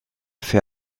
fait